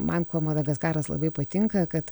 man kuo madagaskaras labai patinka kad